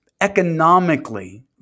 economically